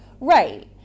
right